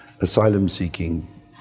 asylum-seeking